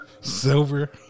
Silver